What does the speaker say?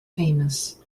famous